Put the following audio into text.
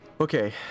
Okay